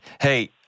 hey